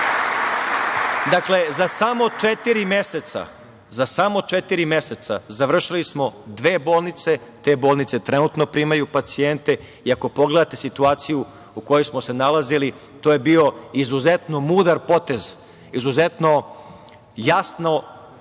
Dakle, za samo četiri meseca završili smo dve bolnice i te bolnice trenutno primaju pacijente. Ako pogledate situaciju u kojoj smo se nalazili, to je bio izuzetno mudar potez, izuzetno jasno